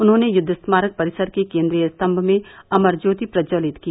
उन्होंने युद्व स्मारक परिसर के केन्द्रीय स्तम्भ में अमर ज्योति प्रज्जवलित की